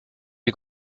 you